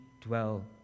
dwell